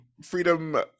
freedom